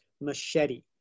Machete